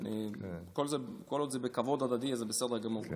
כל עוד זה בכבוד הדדי, זה בסדר גמור.